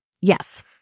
Yes